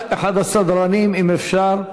אחד הסדרנים, אם אפשר,